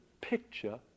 picture